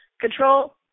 control